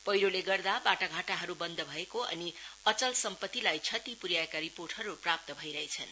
पैह्रोले गर्दा बाटा घाटाहरु बन्द भएको अनि अचल समात्रिलाई क्षति पुर्याएका रिपोर्टहरु प्राप्त भइरहेछन्